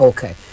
Okay